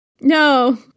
No